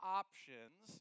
options